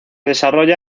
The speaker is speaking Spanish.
desarrolla